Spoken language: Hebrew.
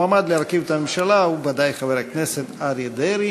המועמד להרכיב את הממשלה הוא בוודאי חבר הכנסת אריה דרעי.